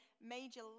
major